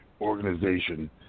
organization